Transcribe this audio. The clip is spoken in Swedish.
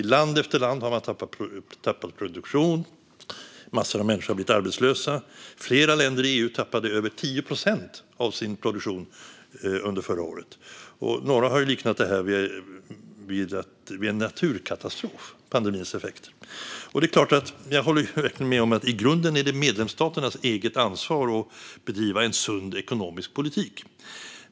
I land efter land har man tappat produktion. Massor av människor har blivit arbetslösa. Flera länder i EU tappade över 10 procent av sin produktion under förra året. Några har liknat pandemins effekter vid en naturkatastrof. Det är klart att jag håller med om att det i grunden är medlemsstaternas eget ansvar att bedriva en sund ekonomisk politik.